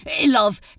Love